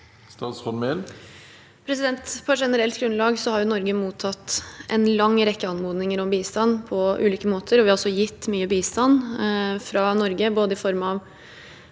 Statsråd Emilie Mehl På generelt grunn- lag har Norge mottatt en lang rekke anmodninger om bistand på ulike måter, og vi har også gitt mye bistand fra Norge, i form av